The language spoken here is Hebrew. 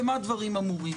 במה דברים אמורים?